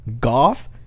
golf